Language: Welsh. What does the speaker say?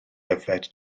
yfed